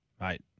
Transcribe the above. mate